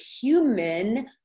human